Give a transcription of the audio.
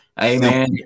Amen